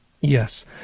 yes